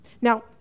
Now